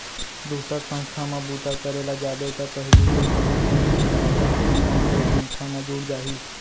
दूसर संस्था म बूता करे ल जाबे त पहिली के भविस्य निधि खाता ह ऑनलाइन ओ संस्था म जुड़ जाही